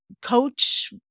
coach